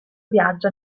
viaggio